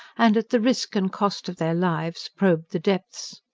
and, at the risk and cost of their lives, probed the depths.